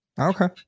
Okay